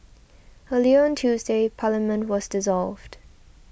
earlier on Tuesday Parliament was dissolved